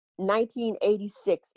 1986